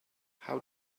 how